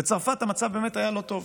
בצרפת באמת המצב היה לא טוב.